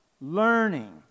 learning